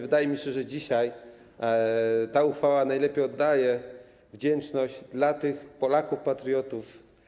Wydaje mi się, że dzisiaj ta uchwała najlepiej oddaje wdzięczność dla tych Polaków, patriotów.